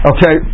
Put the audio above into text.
Okay